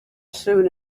soon